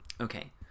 Okay